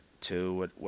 two